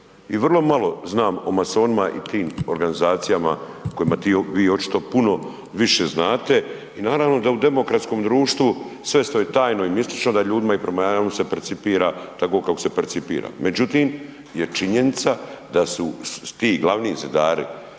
i vrlo malo znam o masonima i tim organizacijama o kojima vi očito puno više znate i naravno da u demokratskom društvu, sve što je tajno i mistično, da ljudima i prema javnosti se percipira tako kako se percipira međutim je činjenica da su ti glavno zidari